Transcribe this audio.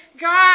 God